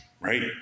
Right